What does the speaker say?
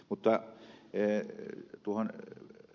mutta ed